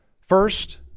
First